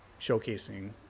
showcasing